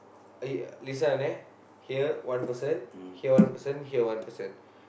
eh listen அண்ணன்:annan here one person here one person here one person